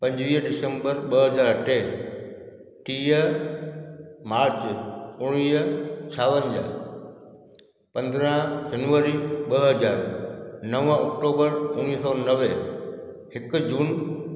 पंजवीह डिसम्बर ॿ हज़ार टे टीह मार्च उणिवीह छावंजाह पंदरहां जनवरी ॿ हज़ार नव अक्टूबर उणिवीह सौ नवे हिकु जून